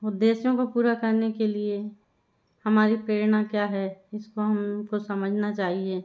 उद्देश्यों को पूरा करने के लिए हमारी प्रेरणा क्या है इसको हमको समझना चाहिए